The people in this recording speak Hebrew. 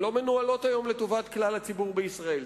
הן לא מנוהלות היום לטובת כלל הציבור בישראל.